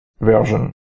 version